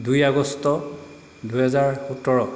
দুই আগষ্ট দুহেজাৰ সোতৰ